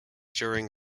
during